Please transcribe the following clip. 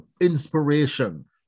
inspiration